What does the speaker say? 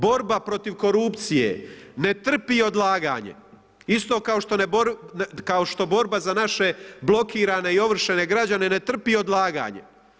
Borba protiv korupcije ne trpi odlaganje, isto kao što borba za naše blokirane i ovršene građane ne trpi odlaganje.